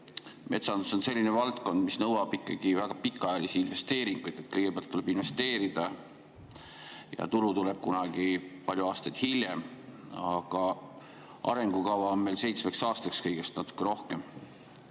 metsandus on selline valdkond, mis nõuab ikkagi väga pikaajalisi investeeringuid, kõigepealt tuleb investeerida ja tulu tuleb kunagi palju aastaid hiljem. Aga arengukava on meil seitsmeks aastaks kõigest, natuke rohkem.